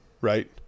right